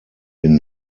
den